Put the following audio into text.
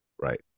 Right